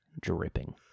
dripping